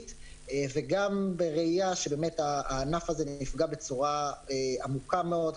וגם בראייה שהענף הזה נפגע בצורה עמוקה מאוד,